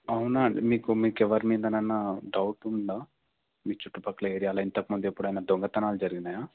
అవునా అండి మీకు మీకు ఎవరిమీదనన్నా డౌట్ ఉందా మీ చుట్టుపక్కల ఏరియాలో ఇంతకముందు ఎప్పుడన్నా దొంగతనాలు జరిగినాయా